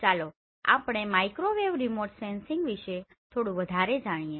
ચાલો આપણે microwave remote sensing વિષે થોડું વધારે જાણીએ